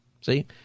See